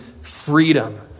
freedom